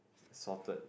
salted